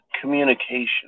communication